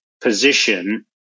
position